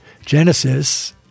Genesis